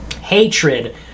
hatred